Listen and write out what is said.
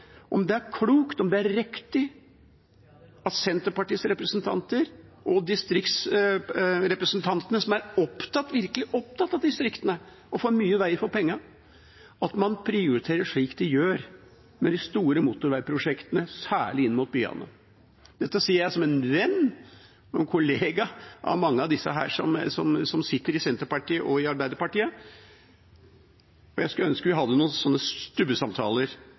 om det er klokt og om det er riktig at Senterpartiets representanter og distriktsrepresentantene som er virkelig opptatt av distriktene og å få mye vei for pengene, prioriterer slik de gjør med de store motorveiprosjektene, særlig inn mot byene. Dette sier jeg som en venn og kollega av mange av disse som sitter i Senterpartiet og i Arbeiderpartiet. Jeg skulle ønske vi hadde noen sånne stubbesamtaler